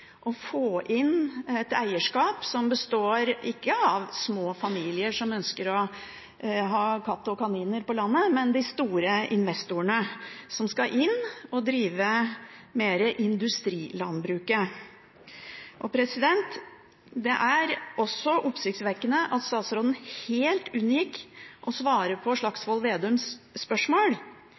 få inn et eierskap som ikke består av små familier som ønsker å ha katt og kaniner på landet, men av store investorer, som skal inn og drive industrilandbruk. Det er også oppsiktsvekkende at statsråden helt unngikk å svare på Slagsvold Vedums spørsmål.